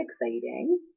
exciting